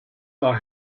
are